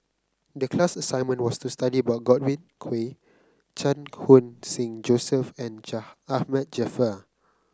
the class assignment was to study about Godwin Koay Chan Khun Sing Joseph and Jaa Ahmad Jaafar